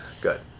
Good